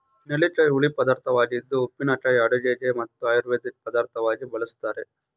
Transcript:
ನೆಲ್ಲಿಕಾಯಿ ಹುಳಿ ಪದಾರ್ಥವಾಗಿದ್ದು ಉಪ್ಪಿನಕಾಯಿ ಅಡುಗೆಗೆ ಮತ್ತು ಆಯುರ್ವೇದಿಕ್ ಪದಾರ್ಥವಾಗಿ ಬಳ್ಸತ್ತರೆ